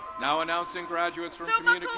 now announcing graduates